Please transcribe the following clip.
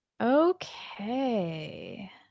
Okay